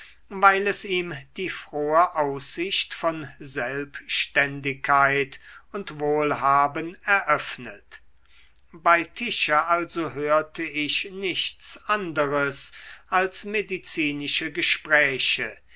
weil es ihm die frohe aussicht von selbständigkeit und wohlhaben eröffnet bei tische also hörte ich nichts anderes als medizinische gespräche